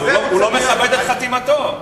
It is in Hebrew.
הוא לא מכבד את חתימתו.